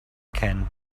can